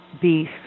beef